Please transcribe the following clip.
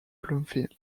bloomfield